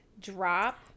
drop